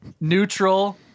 neutral